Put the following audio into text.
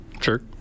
Sure